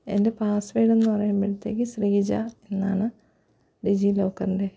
എൻ്റെ പാസ്സ്വേർഡ് എന്നു പറയുമ്പോഴത്തേക്ക് ശ്രീജ എന്നാണ് ഡിജി ലോക്കറിൻ്റെ